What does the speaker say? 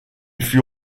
fut